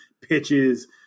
pitches